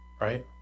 right